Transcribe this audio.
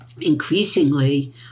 increasingly